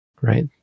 right